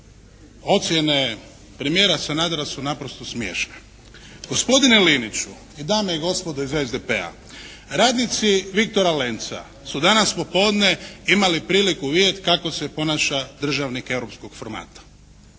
ocijene premijera Sanadera su naprosto smiješne. Gospodine Liniću i dame i gospodo iz SDP-a radnici "Viktora Lenca" su danas popodne imali priliku vidjeti kako se ponaša državnik europskog formata.